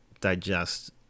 digest